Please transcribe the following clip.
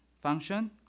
function